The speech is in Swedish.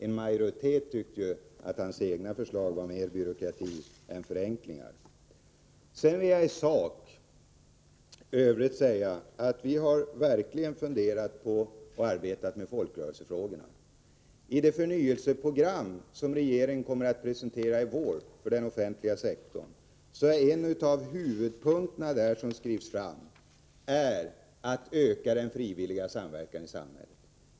En majoritet tyckte ju att hans förslag innebar mer byråkrati i stället för förenklingar. I övrigt vill jag i sak säga att vi verkligen har funderat på och arbetat med folkrörelsefrågorna. I det förnyelseprogram för den offentliga sektorn som regeringen kommer att presentera i vår för vi fram som en av huvudpunkterna att öka den frivilliga samverkan i samhället.